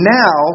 now